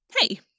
Hey